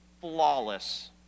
Flawless